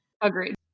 Agreed